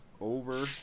Over